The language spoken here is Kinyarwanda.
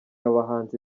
abahanzi